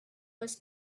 was